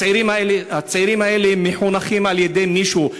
הצעירים האלה מחונכים על-ידי מישהו,